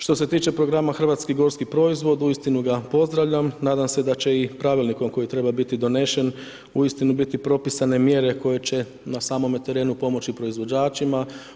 Što se tiče programa hrvatski gorski proizvod, uistinu ga pozdravljam, nadam se da će i pravilnikom koji treba biti donesen uistinu biti propisane mjere koje će na samome terenu pomoći proizvođačima.